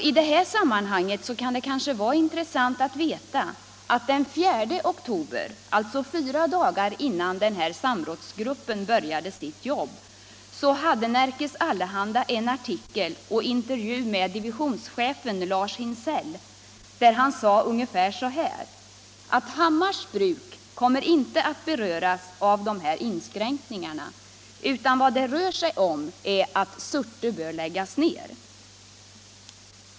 I det här sammanhanget kan det kanske vara intressant att veta att den 4 oktober — alltså fyra dagar innan den här samrådsgruppen började sitt jobb — hade Nerikes Allehanda en intervju med divisionschefen Lars Hinsell, som sade ungefär så här: Hammars bruk kommer inte att beröras av de här inskränkningarna, utan vad det rör sig om är att Surte bör läggas ned.